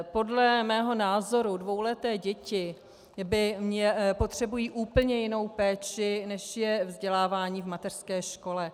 Podle mého názoru dvouleté děti potřebují úplně jinou péči, než je vzdělávání v mateřské škole.